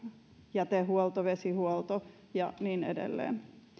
jätehuolto vesihuolto ja niin edelleen